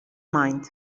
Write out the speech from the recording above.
mind